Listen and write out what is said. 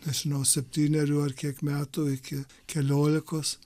nežinau septynerių ar kiek metų iki keliolikos